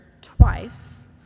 twice